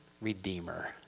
redeemer